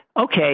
Okay